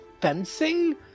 fencing